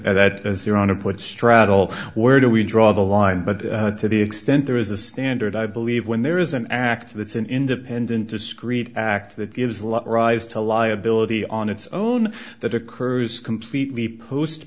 that as your honor put strad all where do we draw the line but to the extent there is a standard i believe when there is an actor that's an independent discrete act that gives a lot rise to liability on its own that accrues completely post